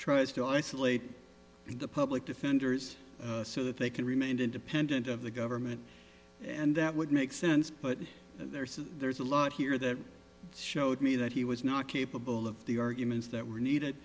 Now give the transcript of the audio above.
tries to isolate the public defenders so that they can remain independent of the government and that would make sense but there's a there's a lot here that showed me that he was not capable of the arguments that were needed